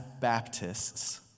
Baptists